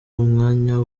umwanya